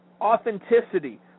Authenticity